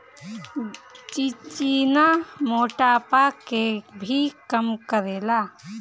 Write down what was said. चिचिना मोटापा के भी कम करेला